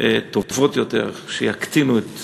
טובות יותר שיקטינו את